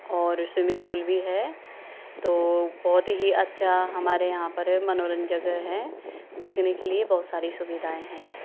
और swimming pool भी है तो बहुत ही अच्छा हमारे यहाँ पर है मनोरंज जगह हैं देखने के लिए बहुत सारी सुविधाएं हैं